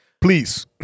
Please